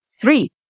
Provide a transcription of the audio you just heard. three